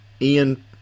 Ian